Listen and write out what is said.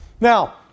now